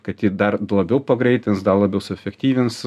kad ji dar labiau pagreitins dar labiau suefektyvinti